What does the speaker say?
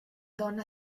donna